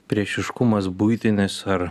priešiškumas buitinis ar